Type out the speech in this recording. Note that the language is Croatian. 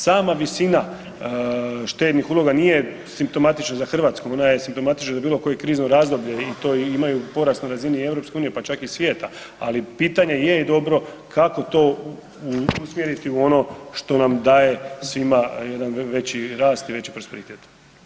Sama visina štednih uloga nije simptomatična za Hrvatsku ona je simptomatična za bilo koje krizno razdoblje i to imaju porast na razini EU pa čak i svijeta, ali pitanje je dobro kako to usmjeriti u ono što nam daje svima jedan veći rast i veći prosperitet.